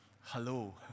hello